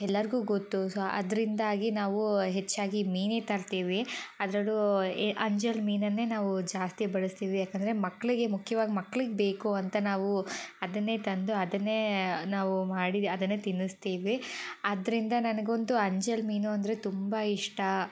ಎಲ್ಲರ್ಗು ಗೊತ್ತು ಸೊ ಅದರಿಂದಾಗಿ ನಾವು ಹೆಚ್ಚಾಗಿ ಮೀನೇ ತರ್ತೀವಿ ಅದರಲ್ಲೂ ಎ ಅಂಜಲ್ ಮೀನನ್ನೇ ನಾವು ಜಾಸ್ತಿ ಬಳಸ್ತೀವಿ ಯಾಕಂದರೆ ಮಕ್ಕಳಿಗೆ ಮುಖ್ಯವಾಗಿ ಮಕ್ಳಿಗೆ ಬೇಕು ಅಂತ ನಾವು ಅದನ್ನೇ ತಂದು ಅದನ್ನೇ ನಾವು ಮಾಡಿ ಅದನ್ನೇ ತಿನ್ನಿಸ್ತೀವಿ ಅದರಿಂದ ನನಗಂತೂ ಅಂಜಲ್ ಮೀನು ಅಂದರೆ ತುಂಬ ಇಷ್ಟ